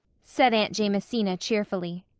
said aunt jamesina cheerfully.